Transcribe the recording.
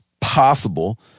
possible